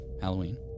Halloween